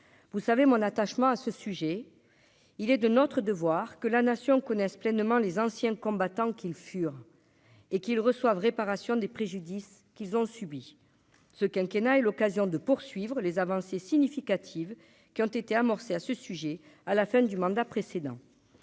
vous savez, mon attachement à ce sujet, il est de notre devoir, que la nation connaissent pleinement les anciens combattants qu'ils furent, et qu'il reçoive réparation des préjudices qu'ils ont subi ce quinquennat et l'occasion de poursuivre les avancées significatives qui ont été amorcées à ce sujet à la fin du mandat précédent